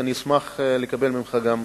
אני אשמח לקבל ממך אותן.